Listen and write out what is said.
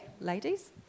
ladies